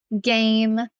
game